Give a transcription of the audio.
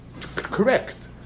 Correct